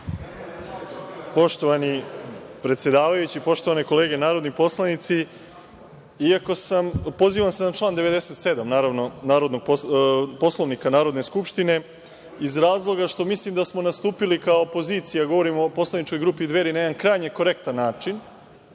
Poštovani predsedavajući, poštovane kolege narodni poslanici, pozivam se na član 97. Poslovnika Narodne skupštine iz razloga što mislim da smo nastupili kao opozicija, govorim o poslaničkoj grupi Dveri, na jedan krajnje korektan način.